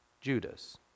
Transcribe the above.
Judas